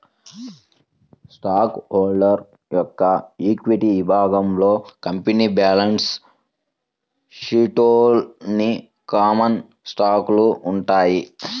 stock holder యొక్క equity విభాగంలో company balance షీట్లోని కామన్ స్టాకులు ఉంటాయి